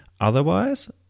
Otherwise